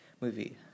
movie